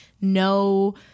No